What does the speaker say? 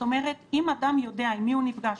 אם אדם יודע עם מי הוא נפגש,